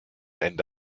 ende